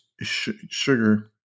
sugar